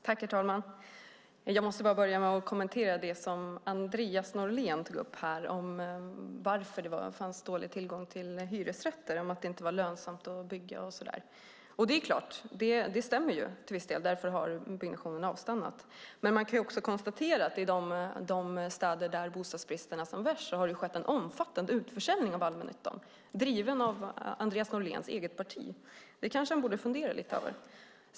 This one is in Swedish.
Herr talman! Jag måste börja med att kommentera det Andreas Norlén tog upp om varför det fanns dålig tillgång på hyresrätter och att det inte var lönsamt att bygga. Det är klart att det till viss del stämmer. Det är därför byggnationen har avstannat. Men man kan också konstatera att i de städer där bostadsbristen är som värst har det skett en omfattande utförsäljning av allmännyttan, driven av Andreas Norléns eget parti. Det kanske han borde fundera lite över.